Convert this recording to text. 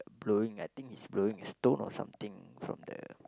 blowing I think is blowing a stone or something from the